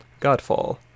godfall